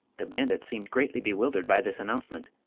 the bandits seemed greatly bewildered by this announcement.